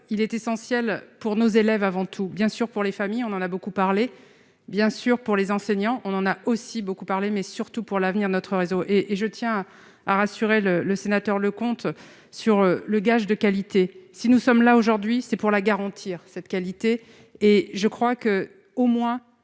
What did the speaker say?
il est essentiel pour nos élèves, avant tout, bien sûr, pour les familles, on en a beaucoup parlé, bien sûr, pour les enseignants, on en a aussi beaucoup parlé, mais surtout pour l'avenir de notre réseau et et je tiens à rassurer le le sénateur Leconte sur le gage de qualité, si nous sommes là aujourd'hui, c'est pour la garantir cette qualité. Et je crois que, au moins,